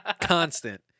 Constant